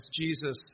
Jesus